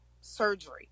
surgery